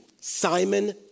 Simon